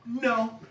no